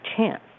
chance